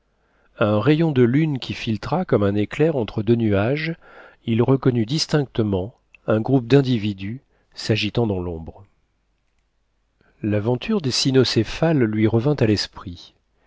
un rayon de lune qui filtra comme un éclair entre deux nuages il reconnut distinctement un groupe d'individus s'agitant dans lombre l'aventure des cynocéphales lui revint à l'esprit